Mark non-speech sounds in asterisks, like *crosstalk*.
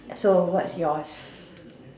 so what's yours *noise*